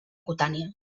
cutània